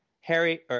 Harry